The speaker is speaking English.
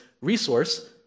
resource